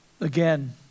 Again